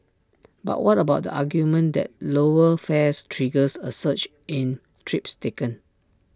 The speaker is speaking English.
but what about the argument that lower fares triggers A surge in trips taken